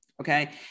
Okay